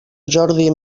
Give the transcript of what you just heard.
jordi